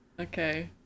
Okay